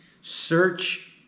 Search